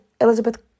Elizabeth